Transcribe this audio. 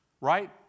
right